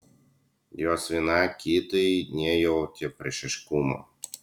jos viena kitai nejautė priešiškumo